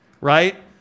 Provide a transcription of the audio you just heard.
right